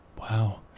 wow